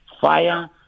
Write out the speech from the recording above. Fire